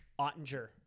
ottinger